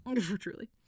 Truly